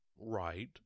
right